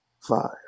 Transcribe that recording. Five